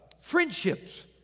friendships